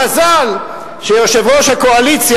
המזל שיושב-ראש הקואליציה,